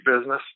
business